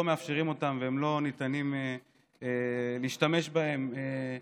מאפשרים אותם ולא ניתן להשתמש בהם כראיות.